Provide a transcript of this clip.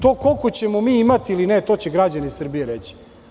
To koliko ćemo mi imati ili ne, to će građani Srbije reći.